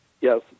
Yes